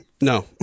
No